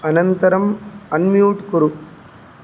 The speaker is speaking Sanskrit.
अनन्तरम् अन्म्यूट् कुरु